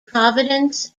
providence